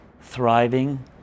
thriving